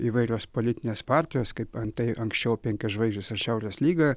įvairios politinės partijos kaip antai anksčiau penkios žvaigždės ir šiaurės lyga